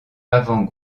avant